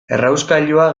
errauskailua